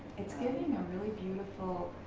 it's giving a really beautiful